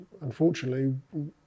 unfortunately